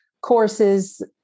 courses